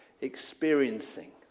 experiencing